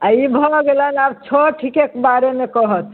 आ ई भऽ गेलनि आब छठिके बारेमे कहथि